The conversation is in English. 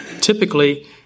Typically